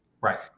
Right